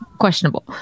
questionable